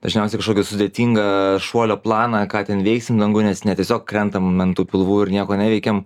dažniausiai kažkokį sudėtingą šuolio planą ką ten veiksim danguj nes ne tiesiog krentam ant tų pilvų ir nieko neveikiam